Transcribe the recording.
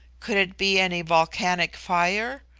could it be any volcanic fire?